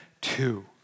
two